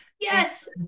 Yes